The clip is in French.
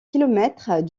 kilomètres